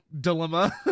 dilemma